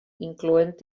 incloent